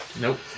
Nope